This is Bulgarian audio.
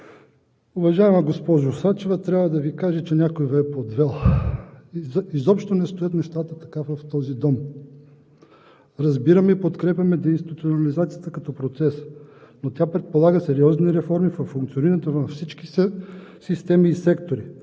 Уважаема госпожо Сачева, трябва да Ви кажа, че някой Ви е подвел. Изобщо не стоят така нещата в този дом. Разбираме и подкрепяме действието на организацията като процес, но тя предполага сериозни реформи във функционирането на всички системи и сектори.